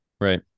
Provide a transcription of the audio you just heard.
Right